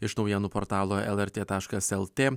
iš naujienų portalo lrt taškas lt